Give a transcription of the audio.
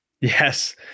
Yes